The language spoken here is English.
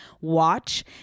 watch